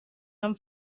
han